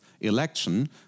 election